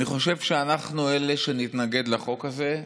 אני חושב שאנחנו, אלה שנתנגד לחוק הזה,